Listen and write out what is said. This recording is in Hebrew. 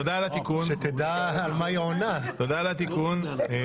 תודה על התיקון.